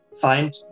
find